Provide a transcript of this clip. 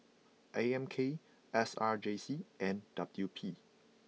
A M K S R J C and W P